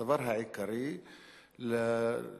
הדבר העיקרי לנסות,